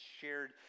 shared